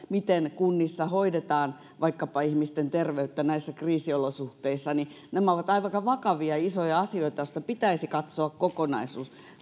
miten kunnissa hoidetaan vaikkapa ihmisten terveyttä näissä kriisiolosuhteissa nämä ovat aika vakavia isoja asioita joista pitäisi katsoa kokonaisuus